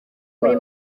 muri